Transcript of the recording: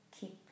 keep